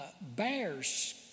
bears